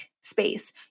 space